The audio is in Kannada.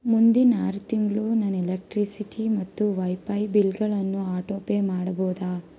ಮುಂದಿನ ಆರು ತಿಂಗಳು ನನ್ನ ಎಲೆಕ್ಟ್ರಿಸಿಟಿ ಮತ್ತು ವೈಪೈ ಬಿಲ್ಗಳನ್ನು ಆಟೋಪೇ ಮಾಡಬೌದಾ